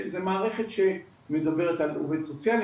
זה מערכת שמדברת על עובד סוציאלי,